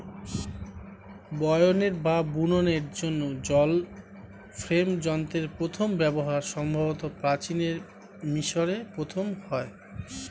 বয়নের বা বুননের জন্য জল ফ্রেম যন্ত্রের প্রথম ব্যবহার সম্ভবত প্রাচীন মিশরে প্রথম হয়